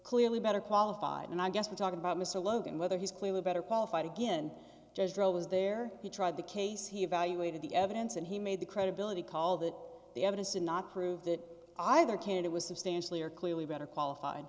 clearly better qualified and i guess we're talking about mr logan whether he's clearly better qualified again just drove was there he tried the case he valuated the evidence and he made the credibility call that the evidence did not prove that either candidate was substantially or clearly better qualified